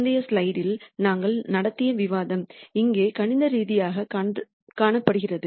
முந்தைய ஸ்லைடில் நாங்கள் நடத்திய விவாதம் இங்கே கணித ரீதியாகக் காணப்படுகிறது